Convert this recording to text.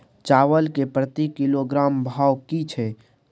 चावल के प्रति किलोग्राम भाव की छै?